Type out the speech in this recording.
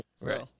Right